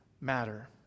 matter